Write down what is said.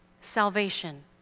salvation